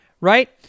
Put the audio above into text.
right